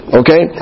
okay